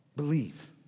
Believe